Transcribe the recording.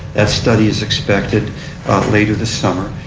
that study is expected later this summer.